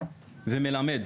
וחיוני ומלמד.